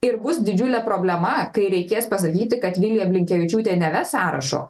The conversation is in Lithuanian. ir bus didžiulė problema kai reikės pasakyti kad vilija blinkevičiūtė neves sąrašo